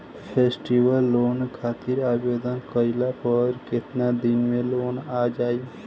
Festival loan खातिर आवेदन कईला पर केतना दिन मे लोन आ जाई?